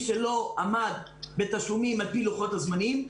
שלא עמד בתשלומים על-פי לוחות הזמנים.